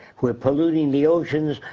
we're polluting the oceans,